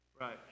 Right